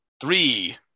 Three